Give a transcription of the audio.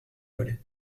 volets